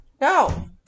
no